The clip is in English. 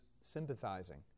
sympathizing